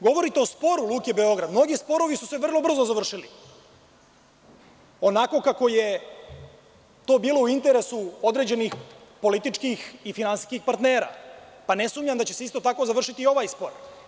Govorite o sporu Luke Beograd, mnogi sporovi su se vrlo brzo završili onako kako je to bilo u interesu određenih političkih i finansijskih partnera, pa ne sumnjam da će se isto tako završiti i ovaj spor.